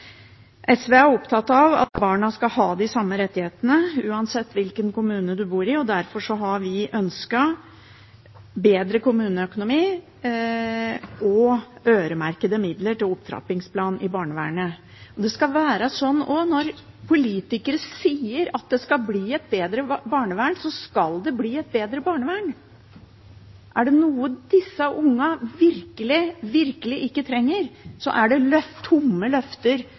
SV er opptatt av at barna skal ha de samme rettighetene uansett hvilken kommune de bor i, og derfor har vi ønsket bedre kommuneøkonomi og øremerkede midler til opptrappingsplan i barnevernet. Det skal også være sånn at når politikere sier at det skal bli et bedre barnevern, så skal det bli et bedre barnevern. Er det noe disse ungene virkelig ikke trenger, er det tomme løfter